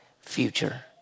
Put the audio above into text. future